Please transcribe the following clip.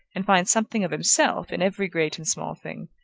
and finds something of himself in every great and small thing,